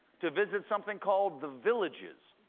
to visit something called the villages,